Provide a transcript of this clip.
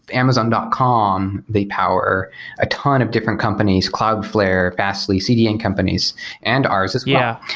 amazon dot com. the power a ton of different companies, cloudflare, fastly, cdn companies and ours as yeah